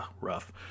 Rough